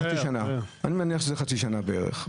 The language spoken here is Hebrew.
אני מניח שזה חצי שנה בערך.